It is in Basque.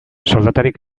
soldatarik